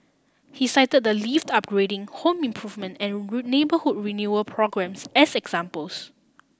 he cited the lift upgrading home improvement and neighbourhood renewal programmes as examples